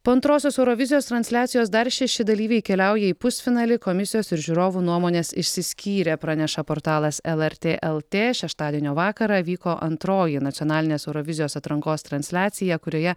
po antrosios eurovizijos transliacijos dar šeši dalyviai keliauja į pusfinalį komisijos ir žiūrovų nuomonės išsiskyrė praneša portalas lrt lt šeštadienio vakarą vyko antroji nacionalinės eurovizijos atrankos transliacija kurioje